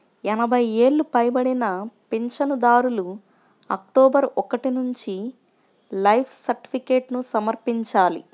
ఎనభై ఏళ్లు పైబడిన పింఛనుదారులు అక్టోబరు ఒకటి నుంచి లైఫ్ సర్టిఫికేట్ను సమర్పించాలి